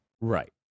right